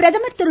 பிரதமர் திரு